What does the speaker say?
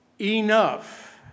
enough